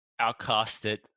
outcasted